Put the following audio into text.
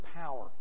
power